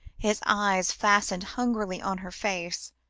his eyes fastened hungrily on her face,